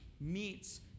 meets